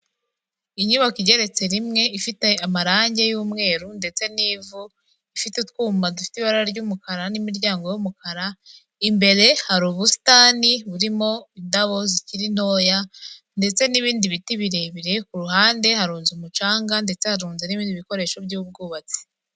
Inyubako igeretse rimwe ifite amarangi y'umweru ndetse n'ivu, ifite utwuma dufite ibara ry'umukara n'imiryango y'umukara, imbere hari ubusitani burimo indabo zikiri ntoya ndetse n'ibindi biti birebire, ku ruhande harunze umucanga ndetse harunze n'ibindi bikoresho by'ubwubatsi.